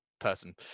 person